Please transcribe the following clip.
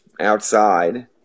outside